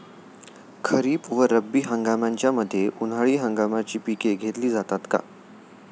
खरीप व रब्बी हंगामाच्या मध्ये उन्हाळी हंगामाची पिके घेतली जातात का?